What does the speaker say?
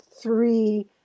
three